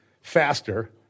faster